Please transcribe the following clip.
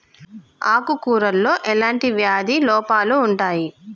ఆకు కూరలో ఎలాంటి వ్యాధి లోపాలు ఉంటాయి?